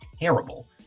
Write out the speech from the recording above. terrible